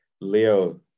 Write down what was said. Leo